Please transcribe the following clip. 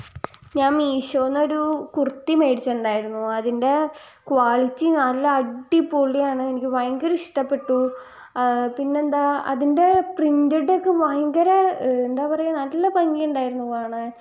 ഞാൻ മീഷോയിൽ നിന്ന് ഒരു കുർത്തി മേടിച്ചിട്ടുണ്ടായിരുന്നു അതിൻ്റെ ക്വാളിറ്റി നല്ല അടിപൊളിയാണ് എനിക്ക് ഭയങ്കര ഇഷ്ടപ്പെട്ടു പിന്നെന്താണ് അതിൻ്റെ പ്രിൻ്റെടൊക്കെ ഭയങ്കര എന്താണ് പറയുക നല്ല ഭംഗിയുണ്ടായിരുന്നു കാണാൻ